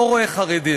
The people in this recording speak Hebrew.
לא רואה חרדים.